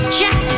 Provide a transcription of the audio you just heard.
Check